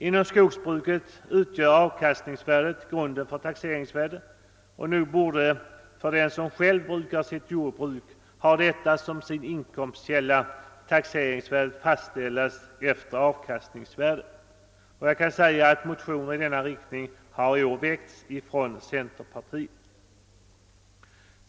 Inom skogsbruket utgör avkastningsvärdet grunden för taxeringsvärdet, och nog borde för den som själv brukar sitt jordbruk och har detta som sin inkomstkälla taxeringsvärdet fastställas efter avkastningsvärdet. Motioner i denna riktning har i år väckts av centerpartiet.